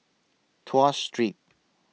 Tuas Street